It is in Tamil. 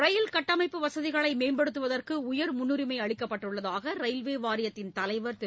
ரயில் கட்டமைப்பு வசதிகளை மேம்படுத்துவதற்கு உயர் முன்னுரிமை அளிக்கப்பட்டுள்ளதாக ரயில்வே வாரியத்தின் தலைவர் திரு